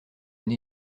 une